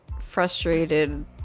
frustrated